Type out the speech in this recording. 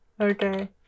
Okay